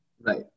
Right